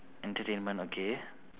entertainment okay